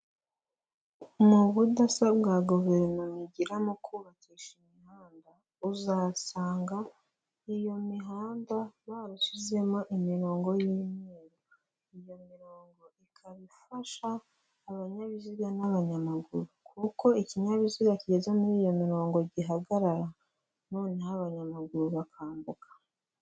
Mu budasa bwa guverinoma igira ni kubakisha imihanda. Uzasanga iyo mihanda barashyizemo imirongo y'imyeru, iyo mirongo ikaba ifasha abanyabiziga n'abanyamaguru, kuko ikinyabiziga kigeze muri iyo mirongo gihagarara noneho abanyamaguru bakambuka.